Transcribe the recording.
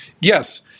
Yes